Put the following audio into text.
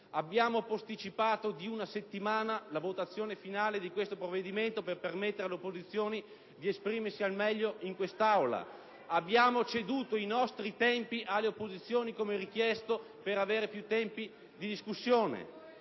Abbiamo posticipato di una settimana la votazione finale di questo provvedimento per permettere alle opposizioni di esprimersi al meglio in quest'Aula. Abbiamo ceduto i nostri tempi alle opposizioni, come richiesto, per dare loro più tempo di discussione;